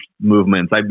movements